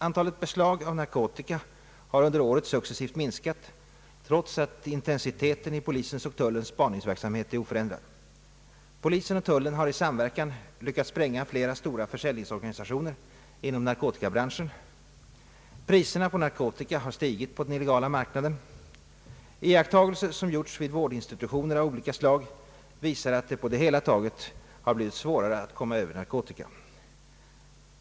Antalet beslag av narkotika har under året successivt minskat trots att intensiteten i polisens och tullens spaningsverksamhet är oförändrad. Polisen och tullen har i samverkan lyckats spränga flera stora försäljningsorganisationer inom narkotikabranschen. Priserna på narkotika har stigit på den illegala marknaden. Iakttagelser som gjorts vid vårdinstitutioner av olika slag visar att det på det hela taget blivit svårare att komma över narkotika.